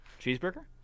Cheeseburger